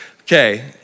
okay